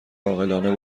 عاقلانه